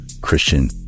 Christian